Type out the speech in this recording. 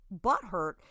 butthurt